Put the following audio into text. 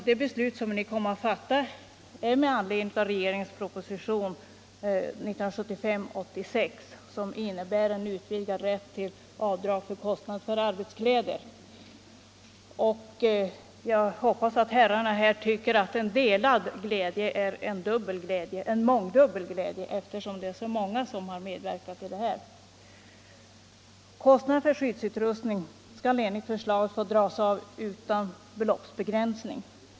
Det beslut som vi kommer att fatta grundar sig på regeringens proposition 1975:86, som innebär en utvidgad rätt till avdrag för kostnader för arbetskläder. Jag hoppas att herrarna här tycker att delad glädje är mångdubbel glädje, eftersom så många har medverkat. Kostnader för skyddsutrustning skall enligt förslaget få dras av utan beloppsbegränsning.